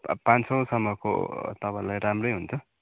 पाँच सौसम्मको तपाईँलाई राम्रै हुन्छ